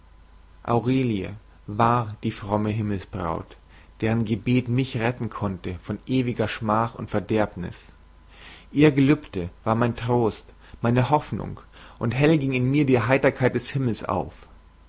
aurelie war die fromme himmelsbraut deren gebet mich retten konnte von ewiger schmach und verderbnis ihr gelübde war mein trost meine hoffnung und hell ging in mir die heiterkeit des himmels auf